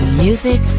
music